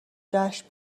جشن